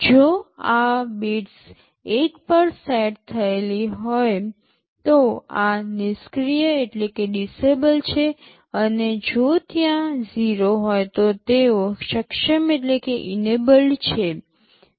જો આ બિટ્સ ૧ પર સેટ થયેલ છે તો આ નિષ્ક્રિય છે જો ત્યાં 0 હોય તો તેઓ સક્ષમ છે